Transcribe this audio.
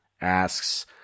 asks